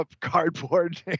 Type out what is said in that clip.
Cardboard